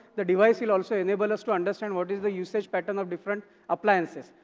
the device will also enable us to understand what is the usage pattern of different appliances,